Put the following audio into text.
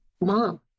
mom